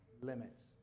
limits